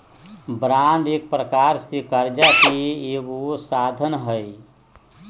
bond एक प्रकार से करजा के एगो साधन हइ